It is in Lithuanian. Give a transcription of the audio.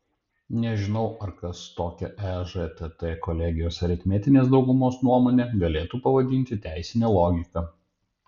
nežinau ar kas tokią ežtt kolegijos aritmetinės daugumos nuomonę galėtų pavadinti teisine logika